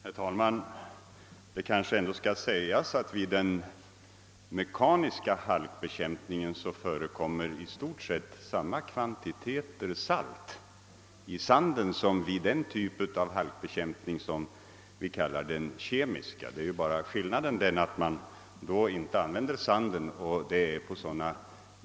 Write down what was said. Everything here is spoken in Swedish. Herr talman! Det kanske ändå skall sägas att vid den mekaniska halkbekämpningen förekommer i stort sett samma kvantiteter salt i sanden som vid det slags halkbekämpning som vi kallar den kemiska. Skillnaden är bara att man i det sistnämnda fallet inte använder sand.